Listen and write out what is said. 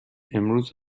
امروز